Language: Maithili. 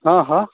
हँ हँ